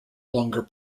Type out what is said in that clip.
longer